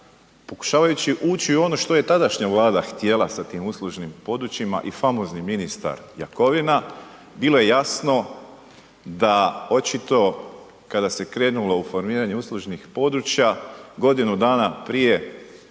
pokušavajući ući u ono što je tadašnja vlada htjela sa tim uslužnim područjima i famozni ministar Jakovina bilo je jasno da očito kada se krenulo u formiranje uslužnih područja, godinu dana prije